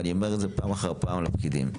ואני אומר את זה פעם אחר פעם לפקידים.